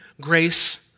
grace